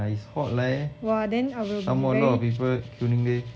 yeah then it's hot leh some more a lot of people queuing leh